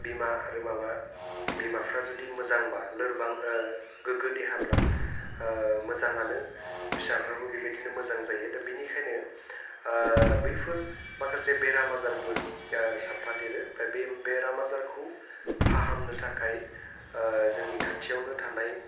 बिमा आरो माबा बिमाफ्रा जुदि मोजांबा लोरबां गोग्गो देहाब्ला मोजांआनो फिसाफ्राबो बेबायदिनो मोजां जायो दा बेनिखायनो बैफोर माखासे बेराम आजारबो साफफा देरो दा बेराम आजारखौ फाहामनो थाखाय जोंनि खाथियावनो थानाय